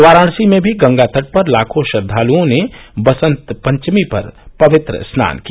वाराणसी में भी गंगो तट पर लाखों श्रद्धालुओं ने बसंत पंचमी पर पवित्र स्नान किया